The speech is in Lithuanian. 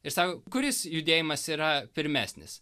ir sako kuris judėjimas yra pirmesnis